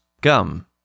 Gum